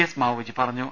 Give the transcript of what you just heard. S മാവോജി പറഞ്ഞു